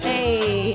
Hey